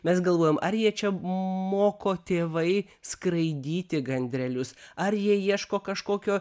mes galvojom ar jie čia moko tėvai skraidyti gandrelius ar jie ieško kažkokio